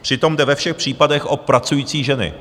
Přitom jde ve všech případech o pracující ženy.